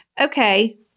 Okay